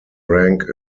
rank